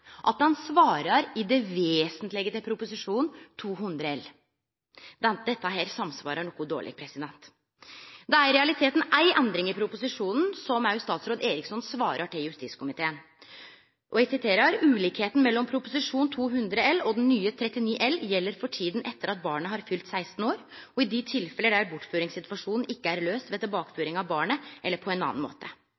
at han «i det vesentlege» svarar til Prop. 200 L. Dette samsvarar dårleg. Det er i realiteten éi endring i proposisjonen, som òg statsråd Eriksson svarar i brevet til justiskomiteen: «Ulikheten mellom proposisjonene» – Prop. 200 L og den nye, Prop. 39 L – gjelder for tiden etter at barnet har fylt 16 år, i de tilfeller der bortføringssituasjonen ikke er løst ved